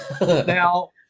Now